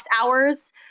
hours